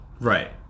right